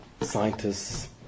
scientists